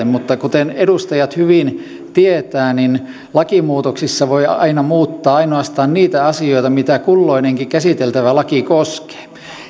mutta kuten edustajat hyvin tietävät niin lakimuutoksissa voi aina muuttaa ainoastaan niitä asioita mitä kulloinenkin käsiteltävä laki koskee